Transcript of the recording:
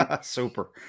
Super